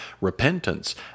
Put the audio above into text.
repentance